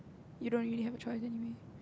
you don't really have a choice anyway